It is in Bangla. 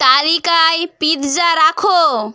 তালিকায় পিৎজা রাখো